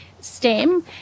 stem